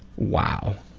wow.